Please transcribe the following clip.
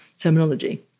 Terminology